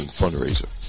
fundraiser